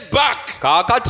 back